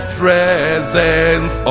presence